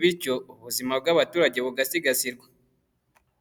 bityo ubuzima bw'abaturage bugasigasirwa.